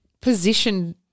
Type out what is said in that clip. position